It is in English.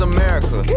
America